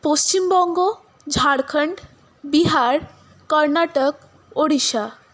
Paschimbanga Jharkhand Bihar Karnataka Odisha